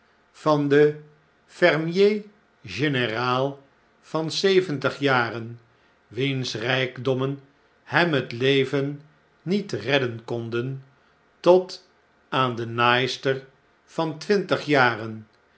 van den fermier general van zeventig jaren wiens rhkdommen hem het leven niet redden konden tot aan de naaister van twintig jaren